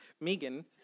Megan